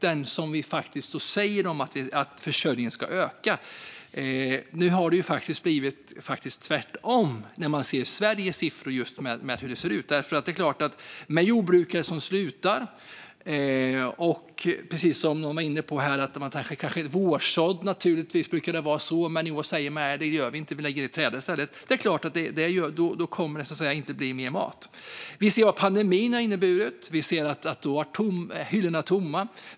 Där sägs det att självförsörjningen ska öka. Men nu har det faktiskt blivit tvärtom; det ser man på hur Sveriges siffror ser ut. Det är klart att det blir så när vi har jordbrukare som slutar. Det brukar kunna vara så när det är vårsådd, som någon var inne på här, men i år säger man att man inte gör så utan lägger marken i träda i stället. Då är det klart att det inte blir mer mat. Vi ser vad pandemin har inneburit. Vi ser att hyllorna har varit tomma.